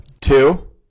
Two